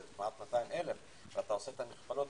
זה כבר 200,000. כשאתה עושה את המכפלות,